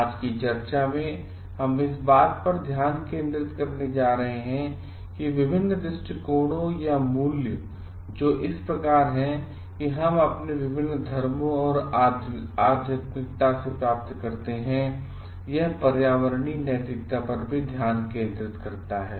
आज की चर्चा में हम इस बात पर ध्यान केंद्रित करने जा रहे हैं कि विभिन्न दृष्टिकोणों या मूल्य जो इस प्रकार हैं कि हम अपने विभिन्न धर्मों और आध्यात्मिकता से प्राप्त करते हैं यह पर्यावरणीयनैतिकतापर भी ध्यान केंद्रित करता है